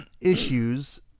issues